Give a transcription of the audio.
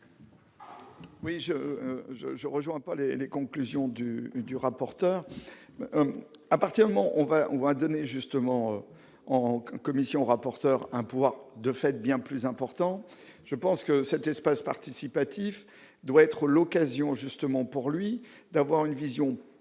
je, je rejoins pas les les conclusions du du rapporteur appartiendront on va, on va donner justement en commission rapporteur un pouvoir de fait bien plus important, je pense que cet espace participatif doit être l'occasion justement pour lui d'avoir une vision plus